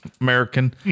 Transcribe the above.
American